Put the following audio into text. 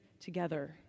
together